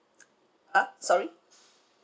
!huh! sorry